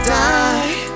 die